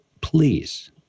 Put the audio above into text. please